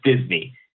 Disney